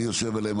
אני יושב עליהם,